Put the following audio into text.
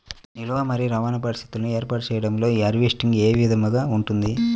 నిల్వ మరియు రవాణా పరిస్థితులను ఏర్పాటు చేయడంలో హార్వెస్ట్ ఏ విధముగా ఉంటుంది?